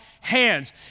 hands